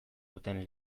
duten